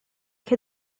che